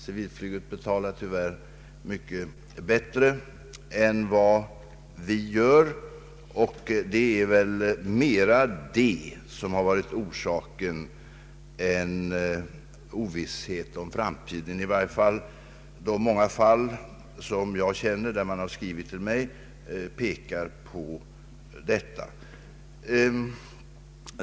Civilflyget betalar tyvärr mycket bättre än vad vi gör, och det är väl mera detta som har varit orsaken till avgången än ovissheten om framtiden. De många fall som jag känner till därför att man har skrivit till mig pekar på detta.